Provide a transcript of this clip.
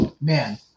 man